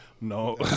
No